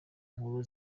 nkuru